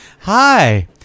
Hi